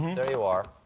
there you are.